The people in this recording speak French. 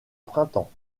printemps